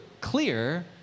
clear